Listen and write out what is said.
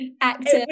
active